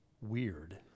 weird